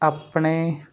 ਆਪਣੇ